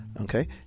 okay